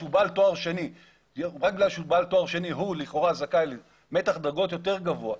שהוא בעל תואר שני הוא לכאורה זכאי למתח דרגות יותר גבוה.